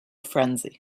frenzy